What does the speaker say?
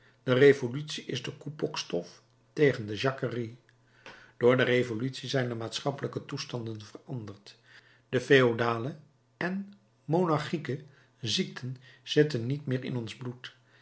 de revolutie is de koepokstof tegen de jacquerie door de revolutie zijn de maatschappelijke toestanden veranderd de feodale en monarchieke ziekten zitten niet meer in ons bloed